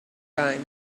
time